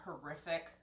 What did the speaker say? horrific